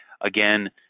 Again